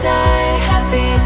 Happy